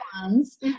ones